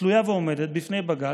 תלויה ועומדת בפני בג"ץ.